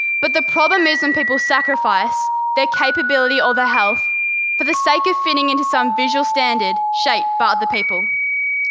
but the problem is when people sacrifice their capability or their health for the sake of fitting into some visual standard shaped by other people.